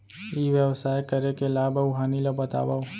ई व्यवसाय करे के लाभ अऊ हानि ला बतावव?